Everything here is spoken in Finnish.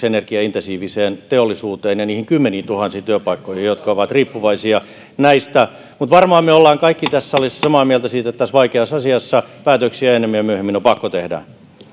energiaintensiiviseen teollisuuteen ja niihin kymmeniintuhansiin työpaikkoihin jotka ovat riippuvaisia näistä mutta varmaan me olemme kaikki tässä salissa samaa mieltä siitä että tässä vaikeassa asiassa päätöksiä ennemmin ja myöhemmin on pakko tehdä